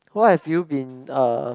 what have you been uh